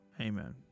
Amen